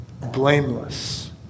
blameless